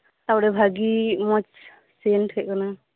ᱛᱟᱯᱚᱨᱮ ᱵᱷᱟᱜᱮ ᱢᱚᱸᱡᱽ ᱥᱮᱱᱴ ᱦᱮᱡ ᱟᱠᱟᱱᱟ